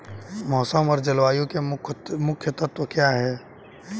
मौसम और जलवायु के मुख्य तत्व क्या हैं?